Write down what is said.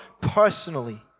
personally